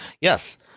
Yes